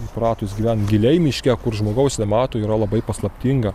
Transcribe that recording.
įpratus gyvent giliai miške kur žmogaus nemato yra labai paslaptinga